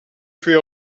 fait